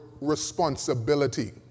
responsibility